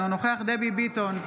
אינו נוכח דבי ביטון,